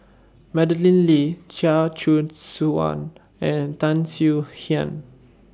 Madeleine Lee Chia Choo Suan and Tan Swie Hian